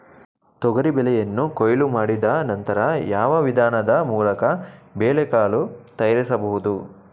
ತೊಗರಿ ಬೇಳೆಯನ್ನು ಕೊಯ್ಲು ಮಾಡಿದ ನಂತರ ಯಾವ ವಿಧಾನದ ಮೂಲಕ ಬೇಳೆಕಾಳು ತಯಾರಿಸಬಹುದು?